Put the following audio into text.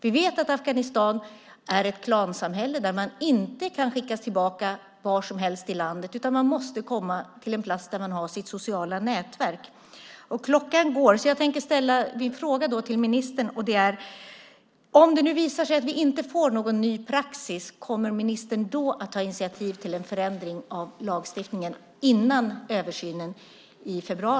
Vi vet att Afghanistan är ett klansamhälle dit man inte kan skickas tillbaka vart som helst i landet. Man måste komma till en plats där man har sitt sociala nätverk. Klockan går. Jag tänker ställa min fråga till ministern. Om det visar sig att vi inte får någon ny praxis, kommer ministern då att ta initiativ till en förändring av lagstiftningen innan översynen i februari?